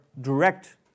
direct